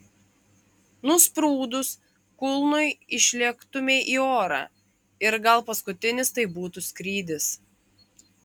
nusprūdus kulnui išlėktumei į orą ir gal paskutinis tai būtų skrydis